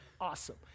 Awesome